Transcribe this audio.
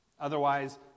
Otherwise